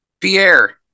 Pierre